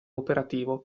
operativo